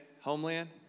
Homeland